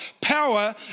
Power